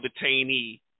detainee